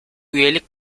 üyelik